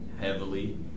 heavily